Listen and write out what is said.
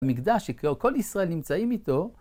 מקדש שכל ישראל נמצאים איתו.